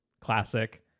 classic